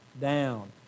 down